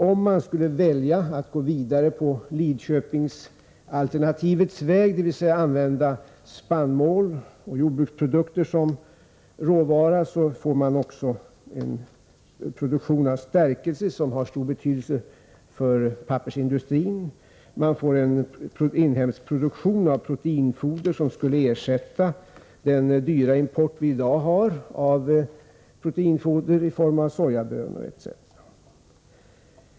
Om man skulle välja att gå vidare på Lidköpingsalternativets väg, dvs. använda spannmål och jordbruksprodukter som råvara, får man också en produktion av stärkelse, som har stor betydelse för pappersindustrin. Man får vidare en inhemsk produktion av proteinfoder, som skulle ersätta den dyra import vi i dag har av sådant foder i form av sojabönor etc.